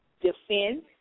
defend